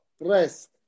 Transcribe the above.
Rest